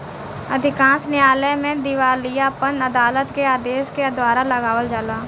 अधिकांश न्यायालय में दिवालियापन अदालत के आदेश के द्वारा लगावल जाला